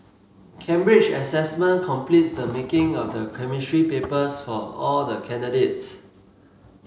Cambridge Assessment completes the marking of the Chemistry papers for all the candidates